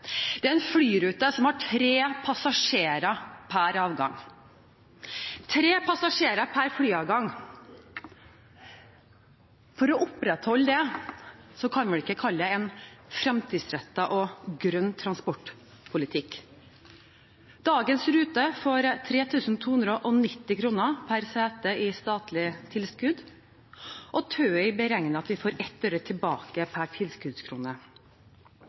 Det er en flyrute som har tre passasjerer per avgang – tre passasjerer per flyavgang! Å opprettholde den kan vi vel ikke kalle en fremtidsrettet og grønn transportpolitikk. Dagens rute får 3 290 kr per sete i statlig tilskudd, og TØI har beregnet at vi får ett øre tilbake per tilskuddskrone.